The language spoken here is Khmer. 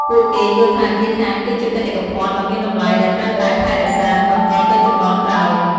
ពួកគេយល់ថាគាថាគឺជាបេតិកភណ្ឌដ៏មានតម្លៃដែលត្រូវតែថែរក្សានិងបន្តទៅជំនាន់ក្រោយ។